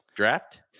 draft